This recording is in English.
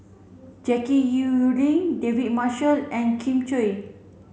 Jackie Yi Ru Ying David Marshall and Kin Chui